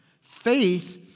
Faith